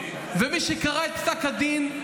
מי שקרא את פסק הדין,